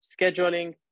scheduling